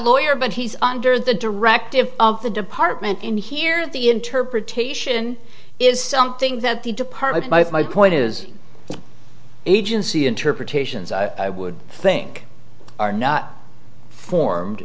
lawyer but he's under the directive of the department in here the interpretation is something that the department my if my point is agency interpretations i would think are not formed